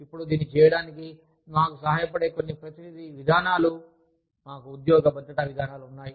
ఇప్పుడు దీన్ని చేయడానికి మాకు సహాయపడే కొన్ని ప్రతినిధి విధానాలు మాకు ఉద్యోగ భద్రతా విధానాలు ఉన్నాయి